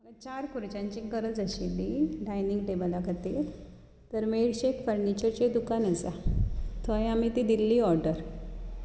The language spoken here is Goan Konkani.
चार कुर्चांची गरज आशिल्ली डायनींग टेबला खातीर तर मेरशें एक फर्निचरची दुकान आसा थंय आमी ती दिल्ली ऑर्डर